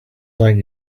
like